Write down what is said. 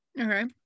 Okay